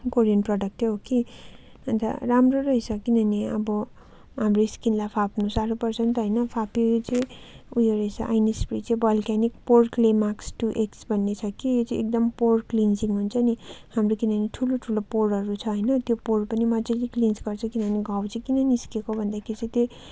Korean product हो कि अन्त राम्रो रहेछ किनभने अब हाम्रो स्किनलाई फाप्नु साह्रो पर्छ नि त होइन फाप्यो यो चाहिँ उयो रहेछ आइन्स फ्री चाहिँ volcanic pore clay mask two X भन्ने छ कि यो चाहिँ एकदम पोर क्लिन्सिङ हुन्छ नि हाम्रो किनभने ठुलो ठुलो पोरहरू छ होइन त्यो पोर पनि मजाले क्लिन्स गर्छ किनभने घाउ चाहिँ किन निस्केको भन्दा त्यो चाहिँ